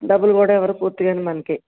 డబ్బులు కూడా ఇవ్వరు పూర్తిగాను మనకి